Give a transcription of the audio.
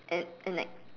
and and like